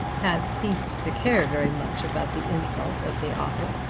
had ceased to care very much about the insult of the offer.